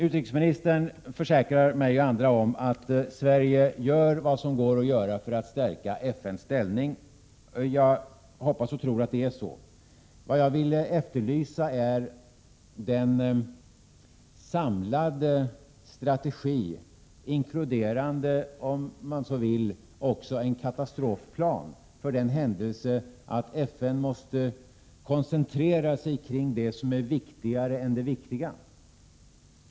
Utrikesministern försäkrar mig och andra om att Sverige gör vad som går att göra för att stärka FN:s ställning. Jag hoppas och tror att det är så. Vad jag efterlyser är en samlad strategi inkluderande, om man så vill, också en katastrofplan för den händelse att FN måste koncentrera sig kring det som är viktigare än det viktiga.